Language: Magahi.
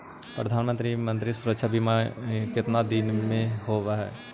प्रधानमंत्री मंत्री सुरक्षा बिमा कितना दिन का होबय है?